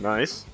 Nice